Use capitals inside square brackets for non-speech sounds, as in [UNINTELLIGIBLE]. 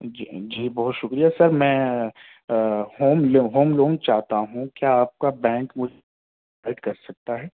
جی جی بہت شکریہ سر میں ہوم لو ہوم لون چاہتا ہوں کیا آپ کا بینک مجھے [UNINTELLIGIBLE] کر سکتا ہے